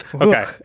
Okay